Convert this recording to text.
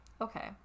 okay